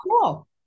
cool